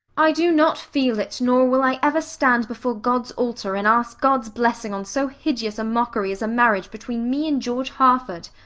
i do not feel it, nor will i ever stand before god's altar and ask god's blessing on so hideous a mockery as a marriage between me and george harford.